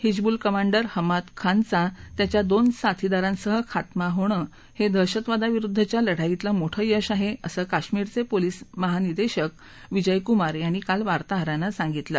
Hizbul commander Hammad खानचा त्याच्या दोन साथादारांसह खात्मा होणं हे दहशतवादा विरुद्धच्या लढाईतील मोठं यश आहे असं काश्मिरचे पोलीस महानिर्देशक विजयकुमार यांनी काल वार्ताहरांना सांगितलं